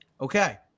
Okay